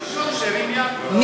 הראשון שהרים יד.